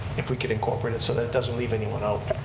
if we could incorporate it so that it doesn't leave anyone out.